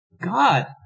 God